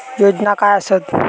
योजना काय आसत?